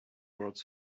words